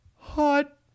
Hot